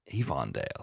Avondale